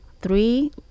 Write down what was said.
three